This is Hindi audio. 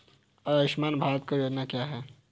आयुष्मान भारत योजना क्या है?